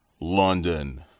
London